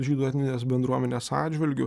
žydų etninės bendruomenės atžvilgiu